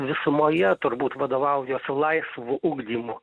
visumoje turbūt vadovaujuosi laisvu ugdymu